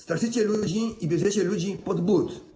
Straszycie ludzi i bierzecie ludzi pod but.